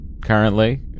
currently